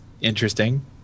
interesting